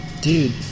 Dude